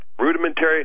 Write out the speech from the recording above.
Rudimentary